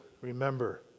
Remember